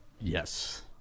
Yes